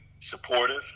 supportive